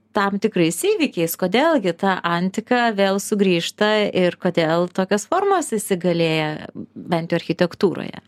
tam tikrais įvykiais kodėl gi ta antika vėl sugrįžta ir kodėl tokios formos įsigalėję bent jau architektūroje